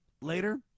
later